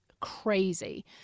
crazy